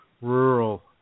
rural